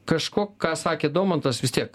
kažko ką sakė daumantas vis tiek